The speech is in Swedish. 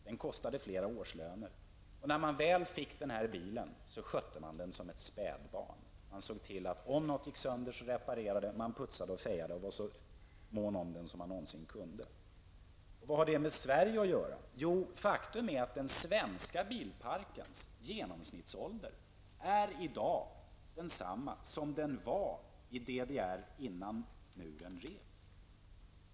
Den kostade flera årslöner. När man väl fick den här bilen skötte man den som ett spädbarn. Man såg till att om något gick sönder reparerades det, man putsade och fejade och var så mån om den som man någonsin kunde vara. Vad har det med Sverige att göra. Faktum är att den svenska bilparkens genomsnittsålder i dag är densamma som den var i DDR innan muren revs.